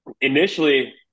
initially